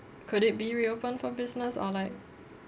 could it be reopened for business or like